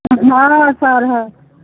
हॅं सर हॅं